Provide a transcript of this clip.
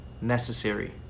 necessary